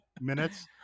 minutes